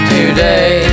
Today